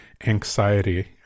anxiety